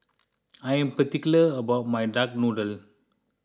I am particular about my Duck Noodle